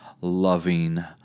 loving